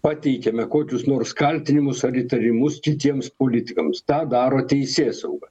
pateikiame kokius nors kaltinimus ar įtarimus kitiems politikams tą daro teisėsauga